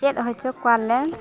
ᱪᱮᱫ ᱦᱚᱪᱚ ᱠᱚᱣᱟᱞᱮ